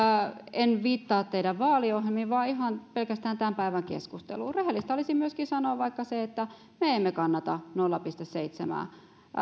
en viittaa teidän vaaliohjelmiinne vaan ihan pelkästään tämän päivän keskusteluun rehellistä olisi sanoa vaikka että me emme kannata nolla pilkku seitsemää ja